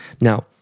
Now